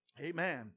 Amen